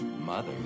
mother